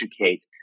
educate